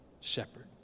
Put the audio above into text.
shepherd